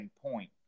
Point